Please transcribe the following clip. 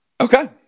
Okay